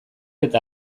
eta